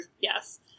Yes